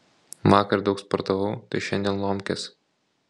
vakar daug sportavau tai šiandien lomkės